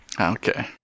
okay